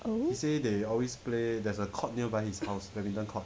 oh